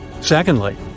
Secondly